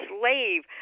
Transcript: slave